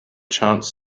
chance